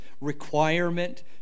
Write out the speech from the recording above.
requirement